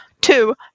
two